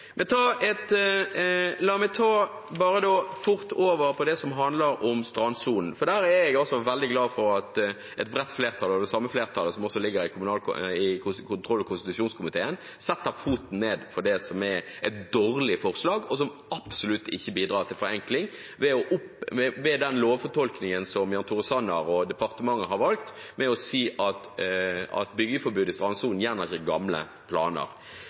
La meg så bare gå fort over til det som handler om strandsonen. Der er jeg veldig glad for at et bredt flertall, det samme flertallet som i kontroll- og konstitusjonskomiteen, setter foten ned for det som er dårlige forslag, og som absolutt ikke bidrar til forenkling. Hadde statsråd Jan Tore Sanner fått medhold i den lovfortolkningen som han og departementet har valgt ved å si at byggeforbud i strandsonen ikke gjelder for gamle planer,